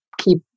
keep